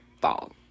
Fall